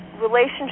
Relationship